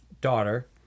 daughter